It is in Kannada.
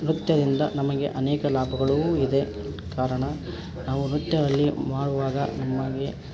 ನೃತ್ಯದಿಂದ ನಮಗೆ ಅನೇಕ ಲಾಭಗಳೂ ಇದೆ ಕಾರಣ ನಾವು ನೃತ್ಯದಲ್ಲಿ ಮಾಡುವಾಗ ನಮಗೆ